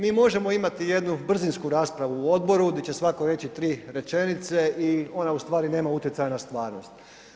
Mi možemo imati jednu brzinsku raspravu u odboru di će svatko reći 3 rečenice i ona u stvari nema utjecaja na stvarnost.